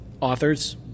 authors